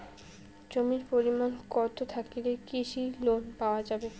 জমির পরিমাণ কতো থাকলে কৃষি লোন পাওয়া যাবে?